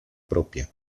propia